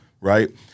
right